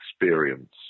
experience